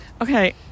Okay